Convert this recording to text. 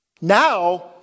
Now